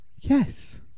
yes